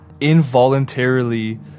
involuntarily